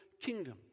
kingdom